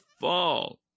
fall